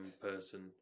person